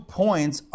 points